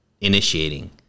initiating